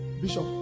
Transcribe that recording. Bishop